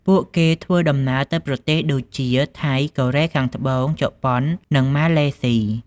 ពួកគេធ្វើដំណើរទៅប្រទេសដូចជា ថៃ កូរ៉េខាងត្បូង ជប៉ុន និងម៉ាឡេស៊ី។